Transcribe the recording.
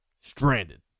stranded